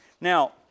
Now